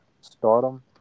Stardom